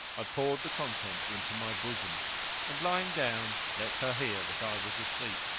i poured the contents into my bosom and, lying down, let her hear that i was asleep.